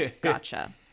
Gotcha